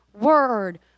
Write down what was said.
word